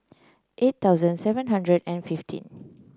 eight thousand seven hundred and fifteen